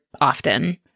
often